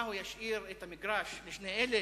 מה, הוא ישאיר את המגרש לשני אלה?